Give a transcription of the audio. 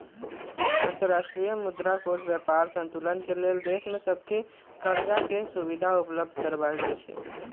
अंतर्राष्ट्रीय मुद्रा कोष व्यापार संतुलन के लेल देश सभके करजाके सुभिधा उपलब्ध करबै छइ